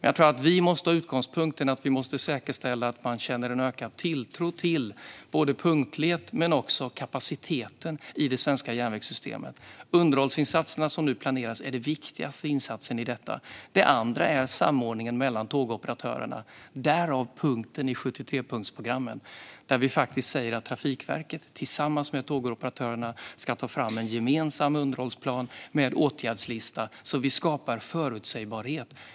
Vår utgångspunkt måste vara att säkerställa att man känner ökad tilltro till både punktligheten och kapaciteten i det svenska järnvägssystemet. Underhållsinsatserna som nu planeras är den viktigaste insatsen i detta. Det andra är samordningen mellan tågoperatörerna, därav punkten i 73-punktsprogrammet där vi säger att Trafikverket tillsammans med tågoperatörerna ska ta fram en gemensam underhållsplan med åtgärdslista, så att vi skapar förutsägbarhet.